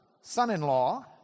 son-in-law